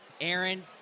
Aaron